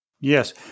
Yes